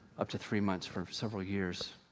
up to three months, for several years,